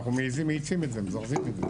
אנחנו מאיצים את זה, מזרזים את זה.